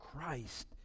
Christ